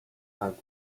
and